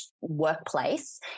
workplace